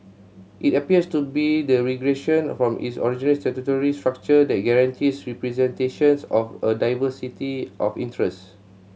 it appears to be a regression from its original statutory structure that guarantees representation of a diversity of interest